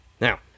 Now